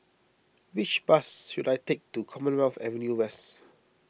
which bus should I take to Commonwealth Avenue West